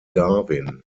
darwin